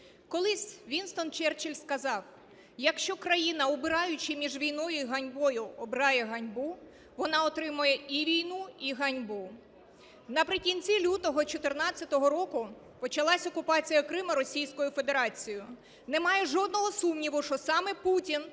Колись Вінстон Черчилль сказав: "Якщо країна, обираючи між війною і ганьбою, обирає ганьбу, вона отримає й війну, й ганьбу". Наприкінці лютого 14-го року почалася окупація Криму Російською Федерацією. Немає жодного сумніву, що саме Путін